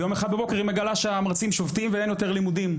ויום אחד בבוקר היא מגלה שהמרצים שובתים ואין יותר לימודים,